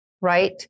Right